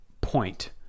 point